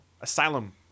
Asylum